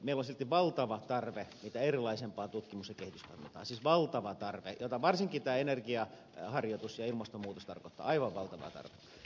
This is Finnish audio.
meillä on silti valtava tarve mitä erilaisimpaan tutkimus ja kehitystoimintaan siis valtava tarve mihin varsinkin tämä energiaharjoitus ja ilmastonmuutos viittaavat aivan valtava tarve